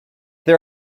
they